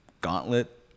gauntlet